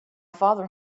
father